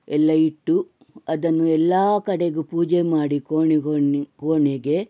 ಎಲ್ಲ ಇಟ್ಟು ಅದನ್ನು ಎಲ್ಲ ಕಡೆಗೂ ಪೂಜೆ ಮಾಡಿ ಕೋಣೆ ಕೋಣೆ ಕೋಣೆಗೆ